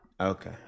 Okay